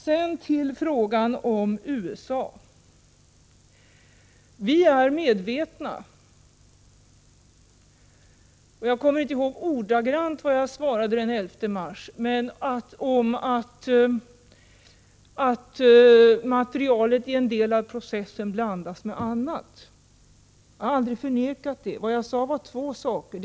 Sedan till frågan om USA. Vi är medvetna om att materialet i en del av processerna blandas med annat. Jag har aldrig förnekat detta, även om jag inte kommer ihåg ordagrant vad jag svarade den 11 mars. Vad jag sade var två saker.